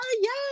Yes